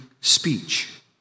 speech